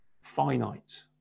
finite